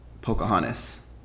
pocahontas